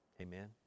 Amen